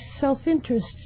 self-interest